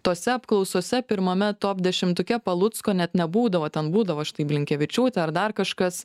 tose apklausose pirmame top dešimtuke palucko net nebūdavo ten būdavo štai blinkevičiūtė ar dar kažkas